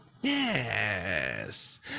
Yes